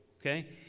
okay